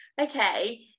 okay